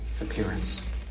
appearance